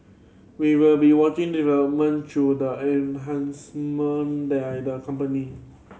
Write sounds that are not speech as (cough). we will be watching development through the (unintelligible) by the company